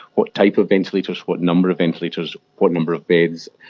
what type of ventilators, what number of ventilators, what number of beds,